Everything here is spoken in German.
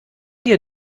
dir